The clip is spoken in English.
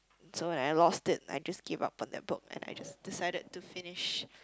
so when I lost it I just give up on that book and I just decided to finish